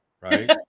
right